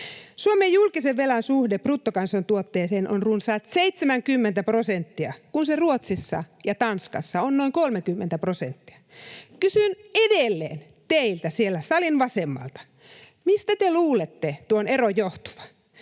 Suomen julkisen velan suhde bruttokansantuotteeseen on runsaat 70 prosenttia, kun se Ruotsissa ja Tanskassa on noin 30 prosenttia. Kysyn edelleen teiltä siellä salin vasemmalla: mistä te luulette tuon eron johtuvan?